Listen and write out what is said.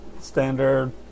standard